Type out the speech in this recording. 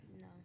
No